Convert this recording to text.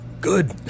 Good